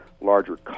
larger